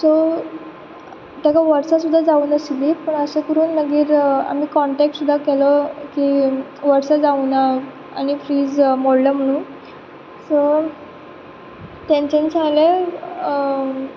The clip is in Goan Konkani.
सो ताका वर्सां सुद्दां जावूं नाशिल्ली पूण अशें करून मागीर आमी कॉन्टेक्ट सुद्दां केलो की वर्स जावं ना आनी फ्रीज मोडलो म्हणून सो तेंच्यांनी सांगलें